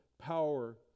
power